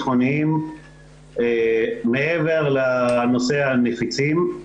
מעבר לנושא הנפיצים.